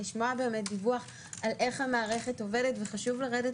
חשוב לשמוע דיווח על איך המערכת עובדת וחשוב לרדת